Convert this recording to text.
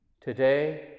Today